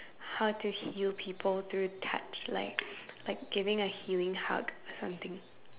how to heal people through touch like like giving a healing hug or something